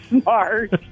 smart